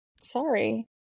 Sorry